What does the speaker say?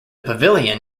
pavilion